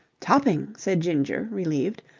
topping! said ginger relieved.